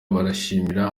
barishimira